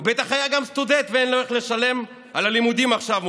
הוא בטח גם היה סטודנט ואין לו איך לשלם על הלימודים עכשיו,